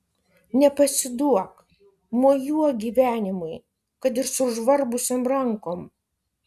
nepasiduok mojuok gyvenimui kad ir sužvarbusiom rankom